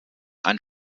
ein